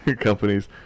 companies